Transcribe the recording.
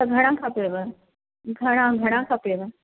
त घणा खपेव घणा घणा खपेव